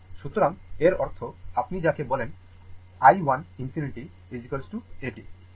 সুতরাং এর অর্থ আপনি যাকে বলেন i 1 ∞ এটি